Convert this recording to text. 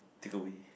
take away